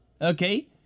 okay